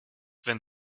wenn